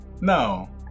No